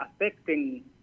affecting